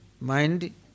mind